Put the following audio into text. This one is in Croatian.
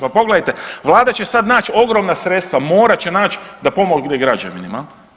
Pa pogledajte, Vlada će sad naći ogromna sredstva, morat će naći da pomogne građanima.